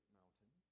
mountain